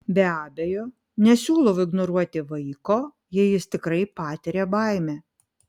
be abejo nesiūlau ignoruoti vaiko jei jis tikrai patiria baimę